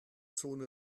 zone